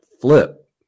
flip